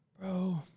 Bro